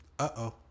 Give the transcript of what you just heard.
Uh-oh